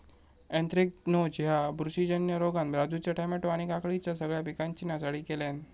anthracnose ह्या बुरशीजन्य रोगान राजूच्या टामॅटो आणि काकडीच्या सगळ्या पिकांची नासाडी केल्यानं